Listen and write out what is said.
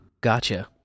Gotcha